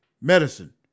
medicine